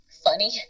funny